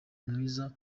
mwiza